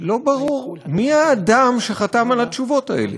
לא ברור מי האדם שחתם על התשובות האלה,